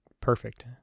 perfect